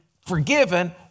forgiven